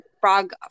frog